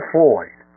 Floyd